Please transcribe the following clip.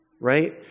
Right